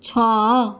ଛଅ